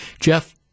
jeff